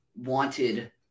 wanted